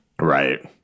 right